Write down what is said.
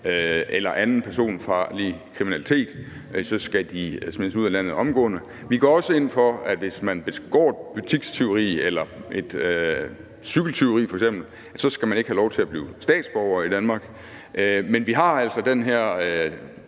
begår anden personfarlig kriminalitet, skal smides ud af landet omgående. Vi går også ind for, at hvis man begår butikstyveri eller cykeltyveri f.eks., skal man ikke have lov til at blive statsborger i Danmark. Men vi har altså den her